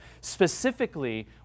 Specifically